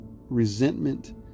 resentment